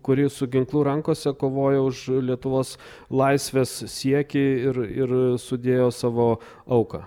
kuri su ginklu rankose kovojo už lietuvos laisvės siekį ir ir sudėjo savo auką